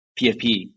PFP